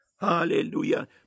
Hallelujah